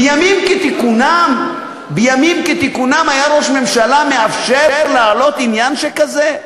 בימים כתיקונם ראש הממשלה היה מאפשר להעלות עניין שכזה?